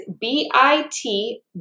B-I-T